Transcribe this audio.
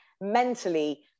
Mentally